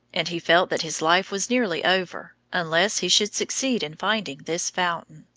and he felt that his life was nearly over, unless he should succeed in finding this fountain.